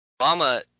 Obama